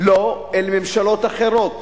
לא אל ממשלות אחרות,